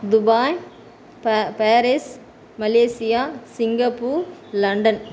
Dubai ப Paris Malaysia Singapore London